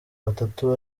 batatu